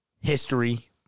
history